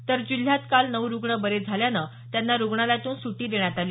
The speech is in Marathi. तर जिल्ह्यात काल नऊ रुग्ण बरे झाल्यानं त्यांना रुग्णालयातून सुटी देण्यात आली